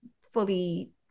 fully